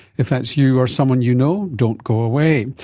if that's you or someone you know, don't go away.